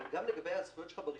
אבל גם לגבי הזכויות שלך ברישיון,